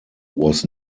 was